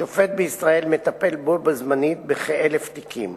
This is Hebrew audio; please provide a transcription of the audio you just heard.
שופט בישראל מטפל בו-זמנית בכ-1,000 תיקים,